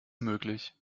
möglich